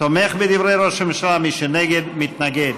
תומך בדברי ראש הממשלה, מי שנגד, מתנגד.